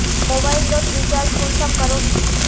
Mobile लोत recharge कुंसम करोही?